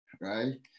right